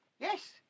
Yes